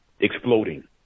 exploding